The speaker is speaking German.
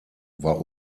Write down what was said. war